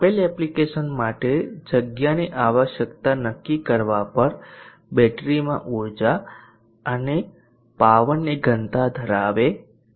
આપેલ એપ્લિકેશન માટે જગ્યાની આવશ્યકતા નક્કી કરવા પર બેટરીમાં ઉર્જા અને પાવરની ઘનતા ધરાવે છે